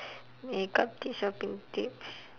makeup tips shopping tips